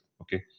Okay